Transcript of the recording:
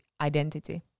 identity